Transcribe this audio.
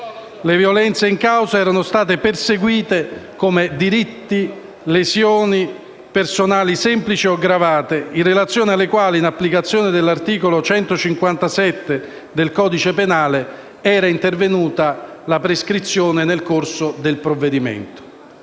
le violenze in causa erano state perseguite come lesioni personali, semplici o aggravate, in relazione alle quali, in applicazione dell'articolo 157 del codice penale, era intervenuta la prescrizione nel corso del procedimento.